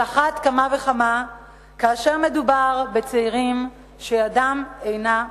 על אחת כמה וכמה כאשר מדובר בצעירים שידם אינה משגת.